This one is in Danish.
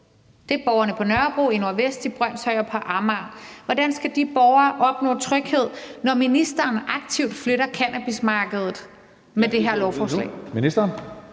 Det er borgerne på Nørrebro, i Nordvestkvarteret, i Brønshøj og på Amager. Hvordan skal de borgere opnå tryghed, når ministeren aktivt flytter cannabismarkedet med det her lovforslag?